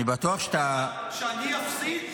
אני בטוח שאתה --- שאני אפסיד?